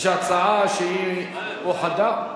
הצעה שאוחדה?